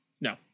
No